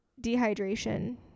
dehydration